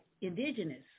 indigenous